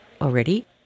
already